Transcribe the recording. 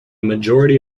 majority